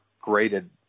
graded